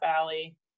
valley